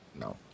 no